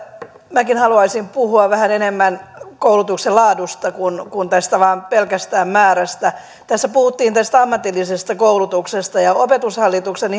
minäkin haluaisin puhua vähän enemmän koulutuksen laadusta kuin pelkästään tästä määrästä tässä puhuttiin tästä ammatillisesta koulutuksesta ja opetushallituksen